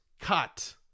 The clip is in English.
cut